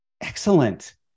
excellent